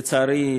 לצערי,